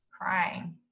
crying